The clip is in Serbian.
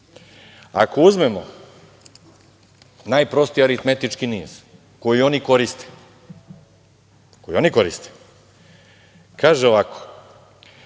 Ako uzmemo najprostiji aritmetički niz koji oni koriste, koji oni